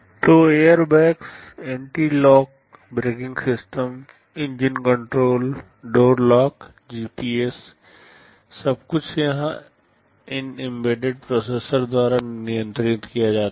तो airbags anti lock braking system engine control door lock G P S सब कुछ यहां इन एम्बेडेड प्रोसेसर द्वारा नियंत्रित किया जाता है